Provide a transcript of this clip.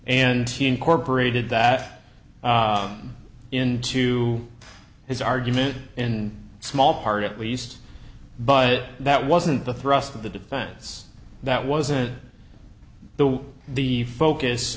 and incorporated that into his argument in small part at least but that wasn't the thrust of the defense that wasn't the way the focus